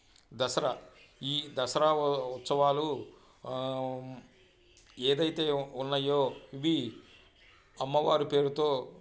దసరా ఈ దసరా ఉత్సవాలు ఏదైతే ఉన్నాయో ఇవి అమ్మవారి పేరుతో